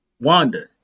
Wanda